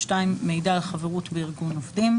מידע על חברות בארגון עובדים.